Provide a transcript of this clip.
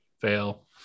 fail